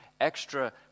extra